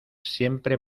siempre